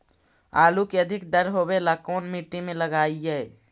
आलू के अधिक दर होवे ला कोन मट्टी में लगीईऐ?